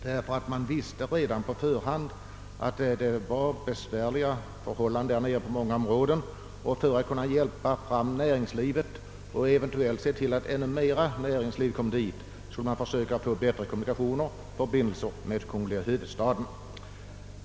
Man visste nämligen redan på förhand att det rådde besvärliga förhållanden där nere på många områden och för att kunna främja näringslivet där och eventuellt få dit nya företag ville man ha bättre kommunikationer och bättre förbindelser med kungliga huvudstaden.